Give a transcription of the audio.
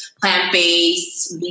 plant-based